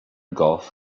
golf